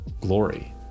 glory